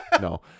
no